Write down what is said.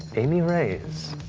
aimee reyes,